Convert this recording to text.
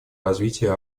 развитии